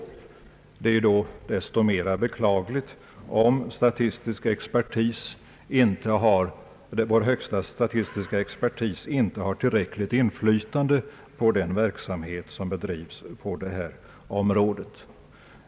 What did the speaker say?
Det är då desto mera beklagligt om vår högsta statistiska expertis inte har tillräckligt inflytande på den verksamhet som bedrivs på detta område.